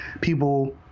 people